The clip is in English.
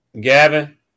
Gavin